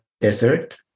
desert